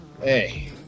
Hey